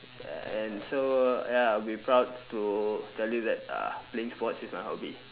and so ya I'll be proud to tell you that uh playing sports is my hobby